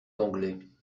d’anglais